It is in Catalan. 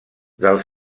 del